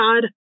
God